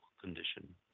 condition